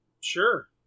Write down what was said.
sure